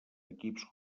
equips